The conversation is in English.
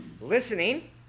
listening